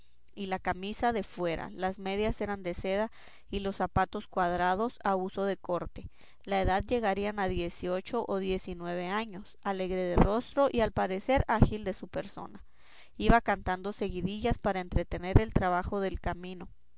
y la camisa de fuera las medias eran de seda y los zapatos cuadrados a uso de corte la edad llegaría a diez y ocho o diez y nueve años alegre de rostro y al parecer ágil de su persona iba cantando seguidillas para entretener el trabajo del camino